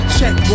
Check